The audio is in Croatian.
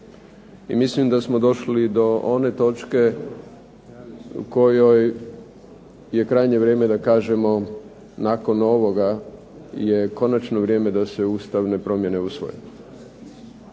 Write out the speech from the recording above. I mislim da smo došli do one točke u kojoj je krajnje vrijeme da kažemo nakon ovoga je konačno vrijeme da se ustavne promjene usvoje.